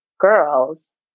girls